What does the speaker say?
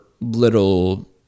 little